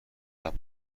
عقب